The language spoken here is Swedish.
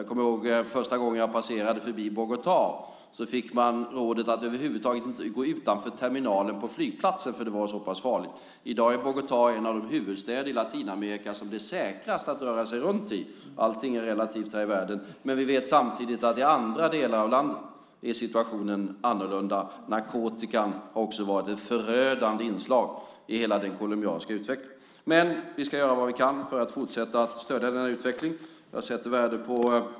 Jag kommer ihåg första gången jag passerade förbi Bogotá. Då fick man rådet att över huvud taget inte gå utanför terminalen på flygplatsen; så farligt var det. I dag är Bogotá en av de huvudstäder i Latinamerika som det är säkrast att röra sig runt i. Allting är relativt här i världen, men vi vet samtidigt att situationen är annorlunda i andra delar av landet. Narkotikan har också varit ett förödande inslag i hela den colombianska utvecklingen. Men vi ska göra vad vi kan för att fortsätta att stödja denna utveckling.